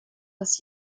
dass